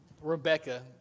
Rebecca